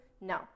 No